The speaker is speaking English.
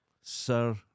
Sir